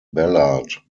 ballard